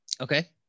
Okay